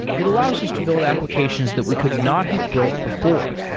it allows us to build applications that we could not have built before,